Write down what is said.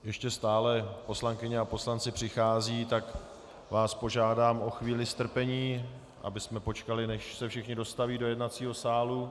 Ještě stále poslankyně a poslanci přicházejí, tak vás požádám o chvíli strpení, abychom počkali, než se všichni dostaví do jednacího sálu.